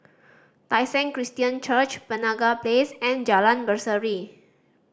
Tai Seng Christian Church Penaga Place and Jalan Berseri